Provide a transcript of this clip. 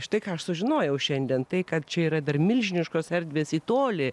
štai ką aš sužinojau šiandien tai kad čia yra dar milžiniškos erdvės į tolį